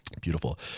Beautiful